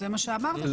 זה מה שאמרת, ---.